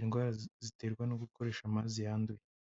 indwara ziterwa no gukoresha amazi yanduye.